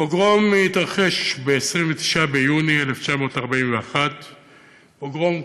הפוגרום התרחש ב-29 ביוני 1941. "פוגרום",